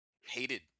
hated